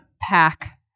pack